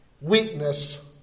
weakness